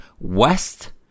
West